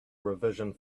revision